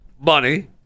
money